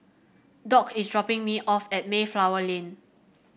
Dock is dropping me off at Mayflower Lane